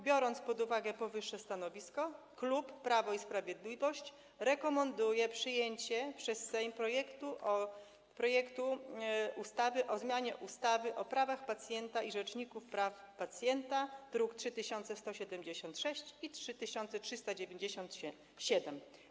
Biorąc pod uwagę powyższe stanowisko, klub Prawo i Sprawiedliwość rekomenduje przyjęcie przez Sejm projektu ustawy o zmianie ustawy o prawach pacjenta i Rzeczniku Praw Pacjenta, druki nr 3176 i 3397.